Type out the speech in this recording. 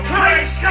Christ